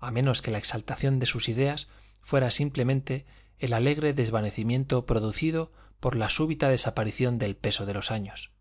a menos que la exaltación de sus ideas fuera simplemente el alegre desvanecimiento producido por la súbita desaparición del peso de los años